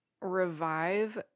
revive